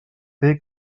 fer